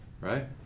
right